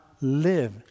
live